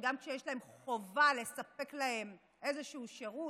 שגם כשיש להם חובה לספק להם איזשהו שירות,